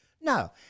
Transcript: No